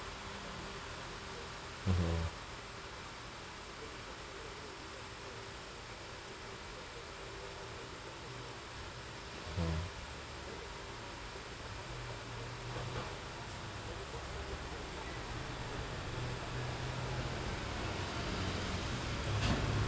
mmhmm hmm